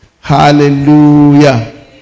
Hallelujah